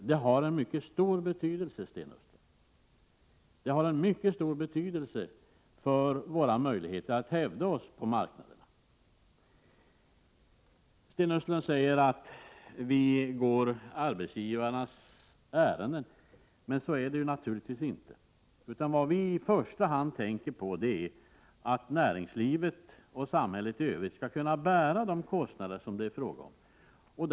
Detta har en mycket stor betydelse, Sten Östlund, för våra möjligheter att hävda oss på marknaderna. Sten Östlund säger att vi går arbetsgivarnas ärenden, men så är det naturligtvis inte, utan vad vi i första hand tänker på är att näringslivet och samhället i övrigt skall bära de kostnader som det är fråga om.